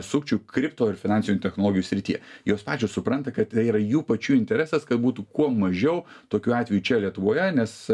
sukčių kripto ir finansinių technologijų srityje jos pačios supranta kad yra jų pačių interesas kad būtų kuo mažiau tokių atvejų čia lietuvoje nes